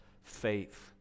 faith